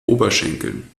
oberschenkeln